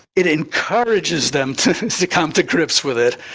it encourages them to come to grips with it.